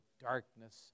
darkness